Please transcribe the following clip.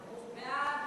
ההצעה